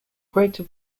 greater